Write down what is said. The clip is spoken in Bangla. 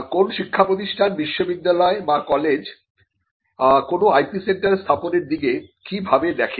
কোন শিক্ষাপ্রতিষ্ঠান বিশ্ববিদ্যালয় বা কলেজ কোন IP সেন্টার স্থাপনের দিকে কিভাবে দেখে